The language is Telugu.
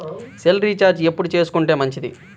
సెల్ రీఛార్జి ఎప్పుడు చేసుకొంటే మంచిది?